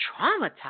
traumatized